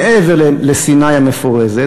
מעבר לסיני המפורזת.